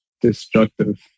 destructive